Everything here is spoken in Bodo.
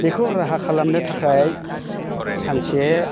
बेखौ राहा खालामनो थाखाय सानसे